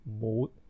mode